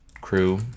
crew